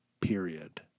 period